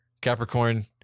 Capricorn